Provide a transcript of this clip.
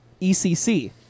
ECC